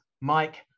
Mike